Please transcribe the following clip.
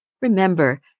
remember